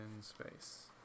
space